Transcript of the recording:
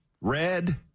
red